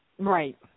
Right